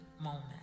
moment